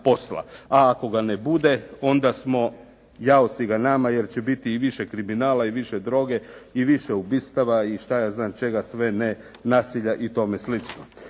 A ako ga ne bude, onda smo jao si ga nama jer će biti i više kriminala i više droge i više ubistava i što ja znam čega sve ne, nasilja i tome slično.